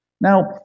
Now